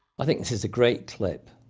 i think this is a great clip.